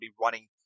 running